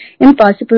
impossible